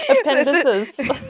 Appendices